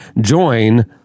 Join